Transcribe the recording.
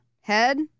Head